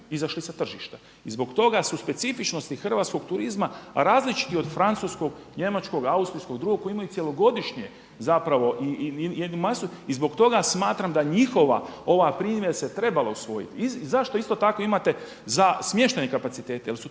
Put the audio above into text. izašli sa tržišta. Zbog toga su specifičnosti hrvatskog turizma različiti od francuskog, njemačkog, austrijskog i drugog koji imaju cjelogodišnje zapravo jednu masu. I zbog toga smatram da njihova ova primjedba se trebala usvojit. I zašto isto tako imate za smještajne kapacitete,